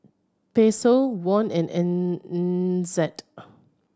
Peso Won and N NZD